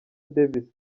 davis